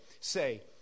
say